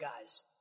guys